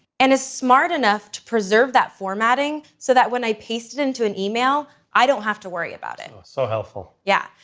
and is smart enough to preserve that formatting, so that when i paste it into an e-mail, i don't have to worry about it. so helpful. yeah.